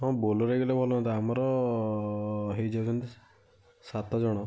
ହଁ ବୋଲେରୋ ହେଇଗଲେ ଭଲ ହୁଅନ୍ତା ଆମର ହେଇଯାଉଛନ୍ତି ସାତ ଜଣ